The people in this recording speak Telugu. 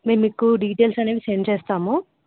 మేము మీకు డీటెయిల్స్ అనేవి సెండ్ చేస్తాము